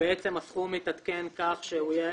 הסכום מתעדכן כך שהוא יהיה